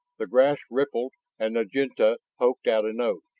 the grass rippled and naginlta poked out a nose,